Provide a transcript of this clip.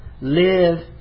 live